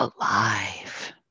alive